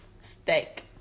Steak